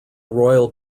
royal